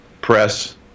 press